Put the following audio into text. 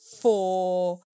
four